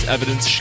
Evidence